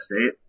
State